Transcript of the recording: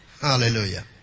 Hallelujah